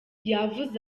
yavuze